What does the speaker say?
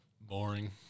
Boring